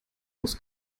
wars